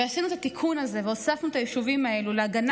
עשינו את התיקון הזה והוספנו את היישובים האלה להגנה